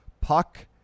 puck